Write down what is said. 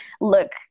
look